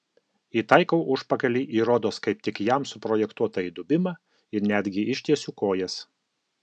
įtaikau užpakalį į rodos kaip tik jam suprojektuotą įdubimą ir netgi ištiesiu kojas